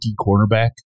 cornerback